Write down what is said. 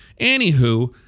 Anywho